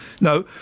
No